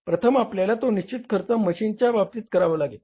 प्रथम आपल्याला तो निश्चित खर्च मशीनच्या बाबतीत करावा लागेल